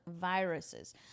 viruses